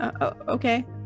okay